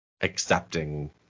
accepting